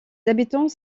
habitants